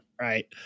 Right